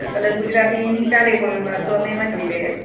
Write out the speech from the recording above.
colours ગુજરાતીની ચાલે કોઈ વાર તો અમે એમાં જોઈ લઇએ